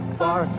far